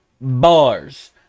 bars